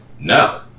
no